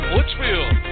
Litchfield